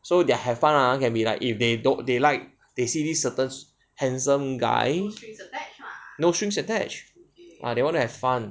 so their have fun ah can be like if they don't they like they see this certain handsome guy no strings attached ah they want to have fun